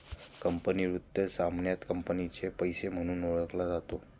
company वित्त सामान्यतः कंपनीचा पैसा म्हणून ओळखला जातो